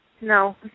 no